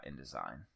InDesign